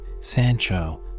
Sancho